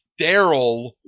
Daryl